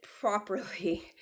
properly